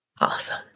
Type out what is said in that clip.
Awesome